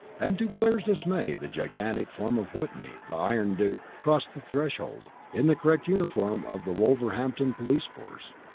and to blair's dismay the gigantic form of whitney, the iron duke, crossed the threshold, in the correct uniform of the wolverhampton police force.